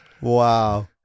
wow